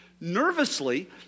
Nervously